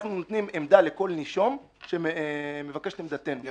אנחנו נותנים עמדה לכל נישום שמבקש את עמדתנו.